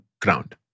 ground